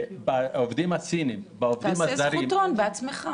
לעובדים הזרים --- תעשה זכותון בעצמך,